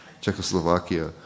Czechoslovakia